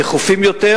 דחופים יותר,